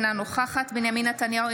אינה נוכחת בנימין נתניהו,